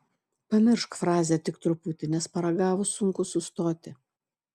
pamiršk frazę tik truputį nes paragavus sunku sustoti